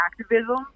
activism